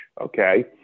okay